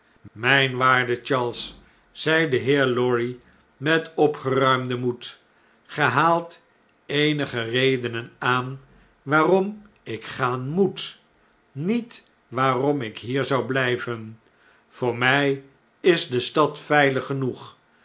afttijn waarde charles zei de heer lorry met opgeruimden moed ge haalt eenige redenen aan waarom ik gaan moet niet waarom ik hier zou bhjven voor mn is de stad veilig genoeg